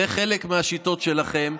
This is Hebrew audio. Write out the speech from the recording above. זה חלק מהשיטות שלכם.